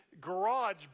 garage